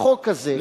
בחוק הזה,